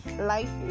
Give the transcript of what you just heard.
life